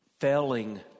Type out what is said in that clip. failing